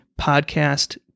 Podcast